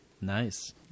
Nice